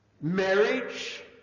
marriage